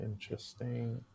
Interesting